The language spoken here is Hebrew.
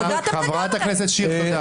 --- חברת הכנסת שיר, תודה.